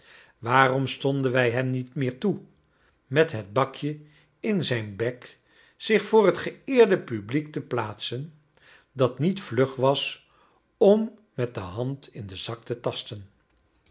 waarom stonden wij hem niet meer toe met het bakje in zijn bek zich voor het geëerde publiek te plaatsen dat niet vlug was om met de hand in den zak te tasten